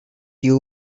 you